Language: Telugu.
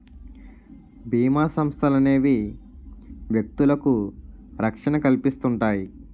బీమా సంస్థలనేవి వ్యక్తులకు రక్షణ కల్పిస్తుంటాయి